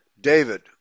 David